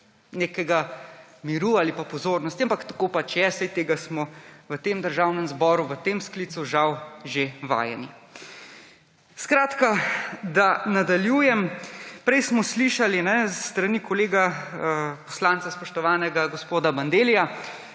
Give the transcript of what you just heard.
nekega miru ali pa pozornost, ampak tako pač je. Saj tega smo v Državnem zboru v tem sklicu, žal, že vajeni. Skratka, da nadaljujem. Prej smo slišali s strani kolega poslanca, spoštovanega gospoda Bandellija,